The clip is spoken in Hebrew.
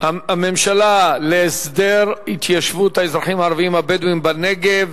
הממשלה להסדר התיישבות האזרחים הערבים הבדואים בנגב,